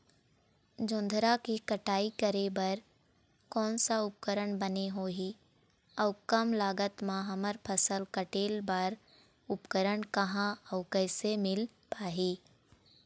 जोंधरा के कटाई करें बर कोन सा उपकरण बने होही अऊ कम लागत मा हमर फसल कटेल बार उपकरण कहा अउ कैसे मील पाही?